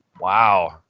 wow